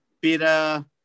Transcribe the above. bitter